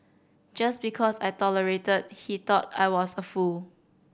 just because I tolerated he thought I was a fool